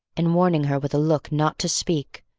and warning her with a look not to speak,